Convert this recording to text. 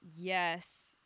Yes